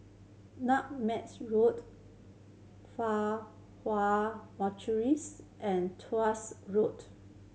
Nutmegs Road Fa Hua and Tuas Road